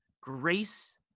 grace